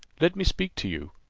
let me speak to you,